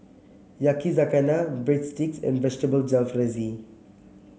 Yakizakana Breadsticks and Vegetable Jalfrezi